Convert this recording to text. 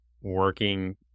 working